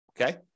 okay